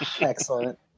Excellent